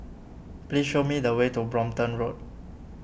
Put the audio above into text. please show me the way to Brompton Road